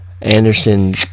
Anderson